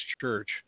church